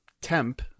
temp